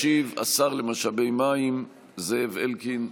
ישיב שר משאבי המים זאב אלקין.